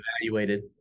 evaluated